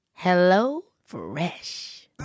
HelloFresh